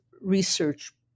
Research